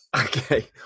Okay